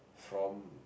from